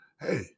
Hey